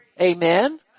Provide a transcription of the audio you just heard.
Amen